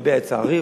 אני מביע את צערי,